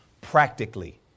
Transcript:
practically